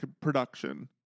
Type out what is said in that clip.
production